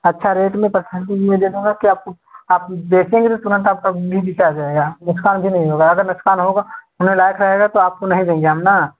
अच्छा रेट में आपको आप देखेंगे तो तुरंत आप बेचने जाएगा नुक्सान भी नहीं होगा अगर नुक्सान होगा उन्हें लायक रहेगा तो आपको नहीं देंगे हम ना